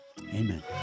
Amen